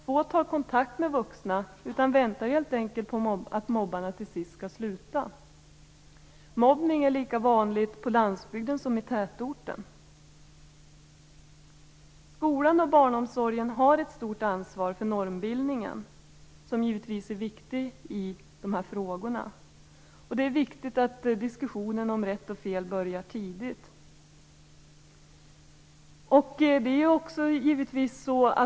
Få tar kontakt med vuxna, utan de mobbade väntar helt enkelt på att mobbarna till sist skall sluta. Mobbning är lika vanligt på landsbygden som i tätorten. Skolan och barnomsorgen har ett stort ansvar för normbildningen, som givetvis är viktig i de här frågorna. Det är viktigt att diskussionen om rätt och fel börjar tidigt.